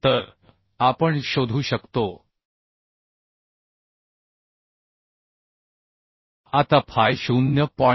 तर आपण शोधू शकतो आता फाय 0